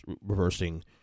reversing